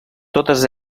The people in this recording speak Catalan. totes